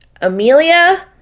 Amelia